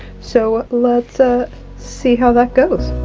so let's ah see how that goes.